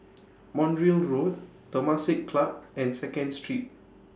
Montreal Road Temasek Club and Second Street